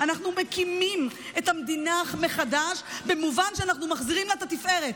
אנחנו מקימים את המדינה מחדש במובן שאנחנו מחזירים לה את התפארת.